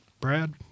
Brad